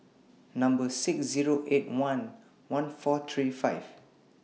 six Zero eight one one four three five